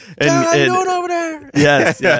Yes